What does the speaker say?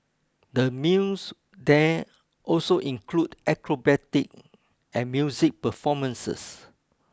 the meals there also include acrobatic and music performances